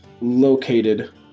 located